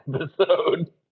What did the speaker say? episode